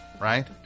right